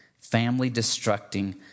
family-destructing